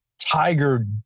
Tiger